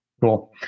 Cool